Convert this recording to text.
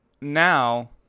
Now